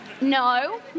No